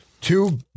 Two